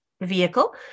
vehicle